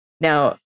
Now